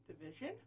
Division